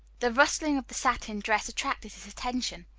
the rustling of the satin dress attracted his attention.